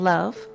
Love